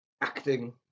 acting